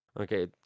okay